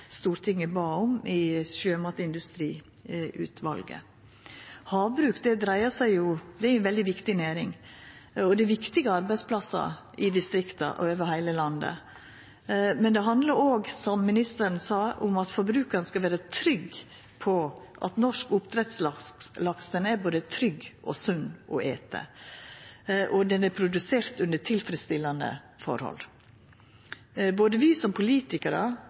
Stortinget bad om i samband med Sjømatindustriutvalet. Havbruk er ei veldig viktig næring, og det er viktige arbeidsplassar i distrikta og over heile landet. Men det handlar òg om, som ministeren sa, at forbrukaren skal vera trygg på at norsk oppdrettslaks er både trygg og sunn å eta, og at han er produsert under tilfredsstillande forhold. Både vi som politikarar